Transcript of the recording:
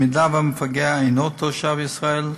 אם המפגע אינו תושב ישראל,